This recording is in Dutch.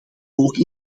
ook